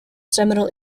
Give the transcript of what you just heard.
seminal